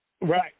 Right